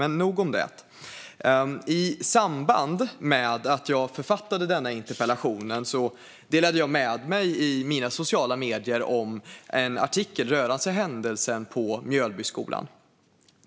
Men nog om det. I samband med att jag författade denna interpellation delade jag på sociala medier en artikel om händelsen på skolan i Mjölby.